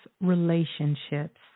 relationships